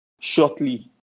shortly